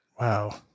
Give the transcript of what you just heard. Wow